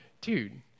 dude